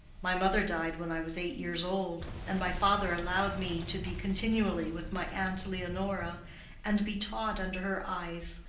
my mother died when i was eight years old, and my father allowed me to be continually with my aunt leonora and be taught under her eyes,